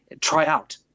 tryout